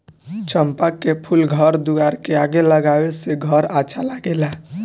चंपा के फूल घर दुआर के आगे लगावे से घर अच्छा लागेला